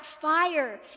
fire